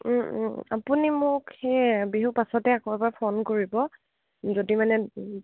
আপুনি মোক সেইয়াই বিহুৰ পাছতে আকৌ পৰা ফোন কৰিব যদি মানে